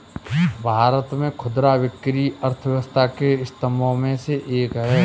भारत में खुदरा बिक्री अर्थव्यवस्था के स्तंभों में से एक है